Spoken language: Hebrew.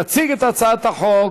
תציג את הצעת החוק